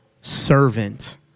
servant